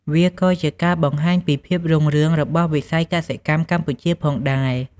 វាក៏ជាការបង្ហាញពីភាពរុងរឿងរបស់វិស័យកសិកម្មកម្ពុជាផងដែរ។